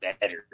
better